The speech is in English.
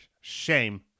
Shame